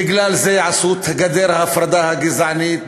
בגלל זה עשו את גדר ההפרדה הגזענית,